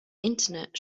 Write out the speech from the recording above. internet